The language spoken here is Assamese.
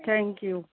thank U